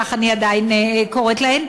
כך אני עדיין קוראת להן,